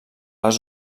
les